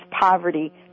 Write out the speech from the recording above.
poverty